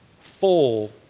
full